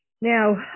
Now